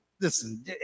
listen